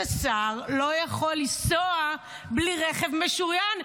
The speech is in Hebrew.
שר לא יכול לנסוע בלי רכב משוריין,